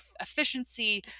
efficiency